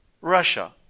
Russia